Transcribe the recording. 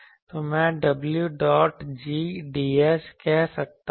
तो मैं w dot g ds कह सकता हूं